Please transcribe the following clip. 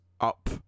up